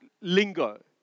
lingo